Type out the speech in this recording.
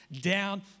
down